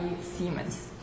Siemens